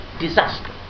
disaster